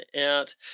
out